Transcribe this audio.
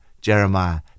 Jeremiah